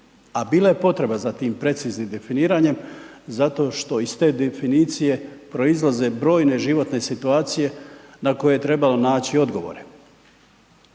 a bila je potreba za tim preciznim definiranjem zato što iz te definicije proizlaze brojne životne situacije na koje je trebalo naći odgovore.